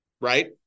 right